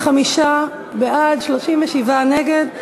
25 בעד, 37 נגד.